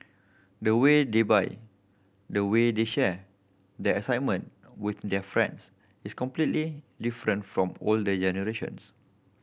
the way they buy the way they share their excitement with their friends is completely different from older generations